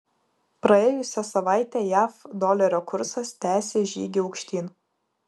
praėjusią savaitę jav dolerio kursas tęsė žygį aukštyn